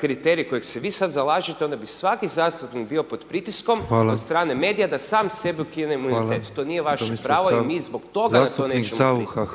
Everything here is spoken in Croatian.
kriterij za koji se vi sad zalažete onda bi svaki zastupnik bio pod pritiskom od strane medija da sam sebi ukine imunitet. To nije vaše pravo i mi zbog toga na to nećemo pristati.